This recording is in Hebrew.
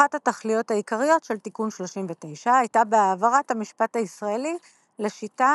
אחת התכליות העיקריות של תיקון 39 הייתה בהעברת המשפט הישראלי לשיטה